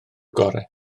gorau